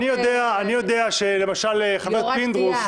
אני יודע שלמשל חבר הכנסת פינדרוס,